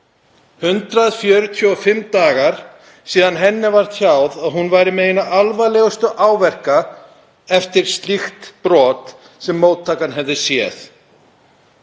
145 dagar síðan henni var tjáð að hún væri með eina alvarlegustu áverka eftir slíkt brot sem sést hefðu á